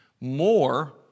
more